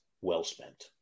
Well-spent